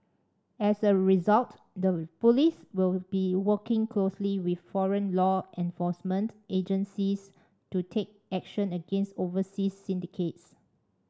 as a result the police will be working closely with foreign law enforcement agencies to take action against overseas syndicates